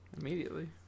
Immediately